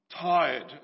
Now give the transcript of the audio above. tired